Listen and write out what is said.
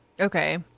okay